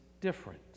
different